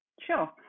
Sure